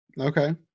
Okay